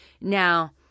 Now